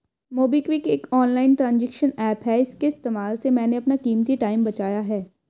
MobiKwik एक online transaction app है इसके इस्तेमाल से मैंने अपना कीमती टाइम बचाया है